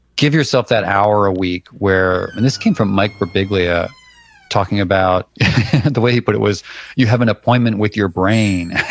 give yourself that hour a week where, and this came from mike birbiglia talking about the way he put it was you have an appointment with your brain,